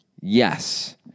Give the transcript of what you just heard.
Yes